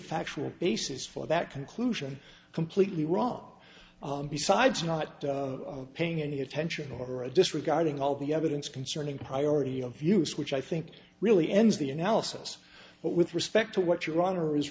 factual basis for that conclusion completely wrong besides not paying any attention or a disregarding all the evidence concerning priority of use which i think really ends the analysis but with respect to what your honor is